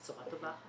בשורה טובה.